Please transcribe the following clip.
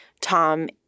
Tom